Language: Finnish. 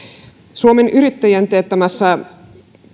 suomen yrittäjien teettämästä